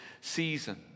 season